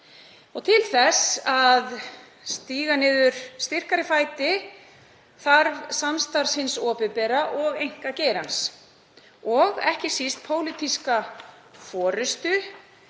Til þess að stíga niður styrkari fæti þurfi samstarf hins opinbera og einkageirans og ekki síst pólitíska forystu